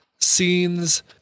scenes